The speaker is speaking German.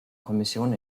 kommission